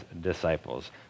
disciples